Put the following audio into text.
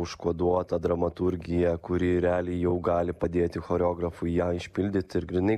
užkoduotą dramaturgiją kuri realiai jau gali padėti choreografui ją išpildyti ir grynai